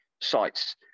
sites